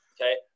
okay